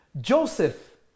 Joseph